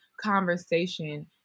conversation